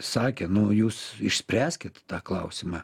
sakė nu jūs išspręskit tą klausimą